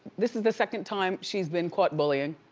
this is the second time she's been caught bullying,